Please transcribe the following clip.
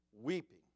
weeping